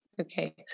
Okay